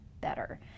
better